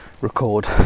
record